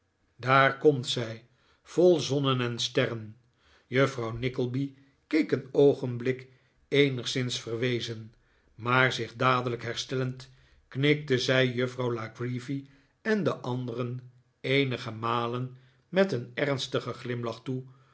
kon bekomt zij vol zonnen en sterren juffrouw nickleby keek een oogenblik eenigszins verwezen maar zich dadelijk herstellend knikte zij juffrouw la creevy en de anderen eenige malen met een ernstigen glimlach toe